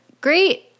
great